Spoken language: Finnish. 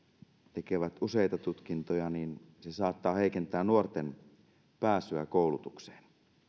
tekevät useita tutkintoja saattaa heikentää nuorten pääsyä koulutukseen